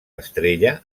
estrella